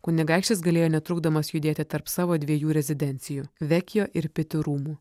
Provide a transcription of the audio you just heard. kunigaikštis galėjo netrukdomas judėti tarp savo dviejų rezidencijų vekijo ir peti rūmų